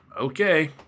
Okay